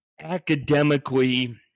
academically